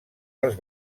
als